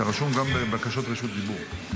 אתה רשום גם בבקשות רשות דיבור.